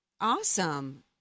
Awesome